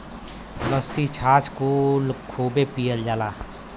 लस्सी छाछ कुल खूबे पियल जाला